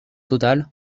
total